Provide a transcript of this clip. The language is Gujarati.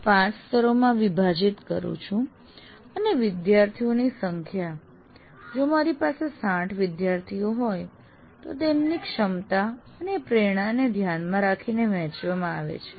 હું 5 સ્તરોમાં વિભાજીત કરું છું અને વિદ્યાર્થીઓની સંખ્યા જો મારી પાસે 60 વિદ્યાર્થીઓ હોય તો તેમની ક્ષમતા અને પ્રેરણાને ધ્યાનમાં રાખીને વહેંચવામાં આવે છે